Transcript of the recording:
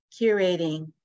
curating